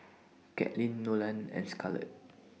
Katlin Nolan and Scarlet